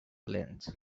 lens